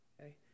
Okay